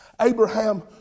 Abraham